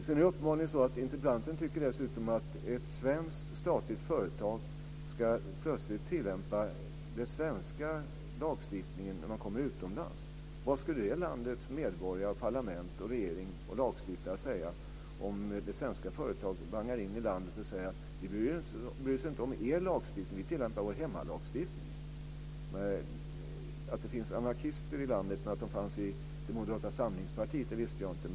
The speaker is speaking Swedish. Sedan är det uppenbart att interpellanten tycker att ett svenskt statlig företag plötsligt ska tillämpa den svenska lagstiftningen utomlands. Vad skulle det landets medborgare, parlament, regering och lagstiftare säga om det svenska företaget säger att man inte bryr sig om det landets lagstiftning utan att man tilllämpar sin hemmalagstiftning? Att det finns anarkister i landet, det visste jag, men att de fanns i Moderata samlingspartiet, det visste jag inte.